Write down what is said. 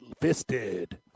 fisted